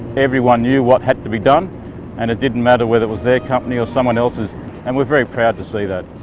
everyone knew what had to be done and it didn't matter whether was their company or someone else's and we're very proud to see that.